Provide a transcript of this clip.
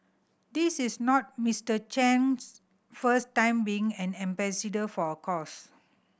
this is not Mister Chan's first time being an ambassador for a cause